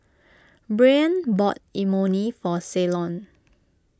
Breann bought Imoni for Ceylon